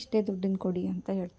ಇಷ್ಟೇ ದುಡ್ಡಿಂದು ಕೊಡಿ ಅಂತ ಹೇಳ್ತಾರೆ